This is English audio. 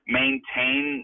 maintain